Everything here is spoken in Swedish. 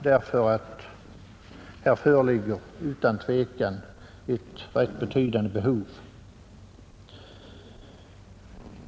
Här föreligger utan tvivel ett rätt betydande behov.